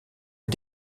est